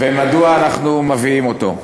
אנחנו לא נסכים לחוק הזה, מדוע אנחנו מביאים אותו?